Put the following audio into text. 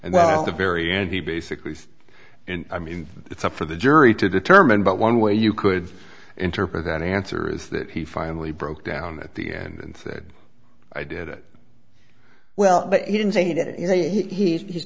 and well the very end he basically said i mean it's up for the jury to determine but one way you could interpret that answer is that he finally broke down at the end and said i did it well but he